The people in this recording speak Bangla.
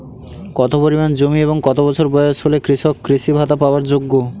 কত পরিমাণ জমি এবং কত বছর বয়স হলে কৃষক কৃষি ভাতা পাওয়ার যোগ্য?